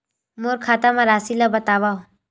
मोर खाता म राशि ल बताओ?